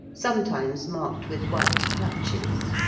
sometimes marked with white patches.